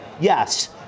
Yes